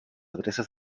adreces